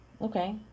Okay